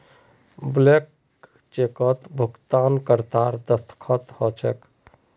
blank चेकत भुगतानकर्तार दस्तख्त ह छेक